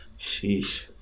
Sheesh